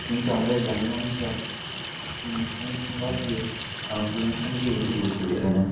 কিন্তু আমাদের গ্রামের মানুষরা নৃত্য অনুষ্ঠান বাদ দিয়ে সাংস্কৃতিক অনুষ্ঠানকেই বেশি গুরুত্ব দিয়ে থাকেন